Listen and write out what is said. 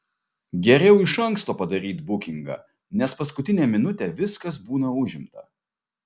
geriau iš anksto padaryt bukingą nes paskutinę minutę viskas būna užimta